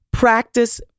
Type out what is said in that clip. Practice